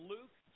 Luke